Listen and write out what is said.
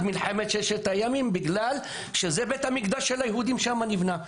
מלחמת ששת הימים בגלל שבית המקדש של היהודים נבנה שם.